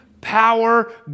power